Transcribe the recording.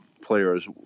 players